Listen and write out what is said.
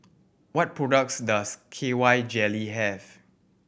what products does K Y Jelly have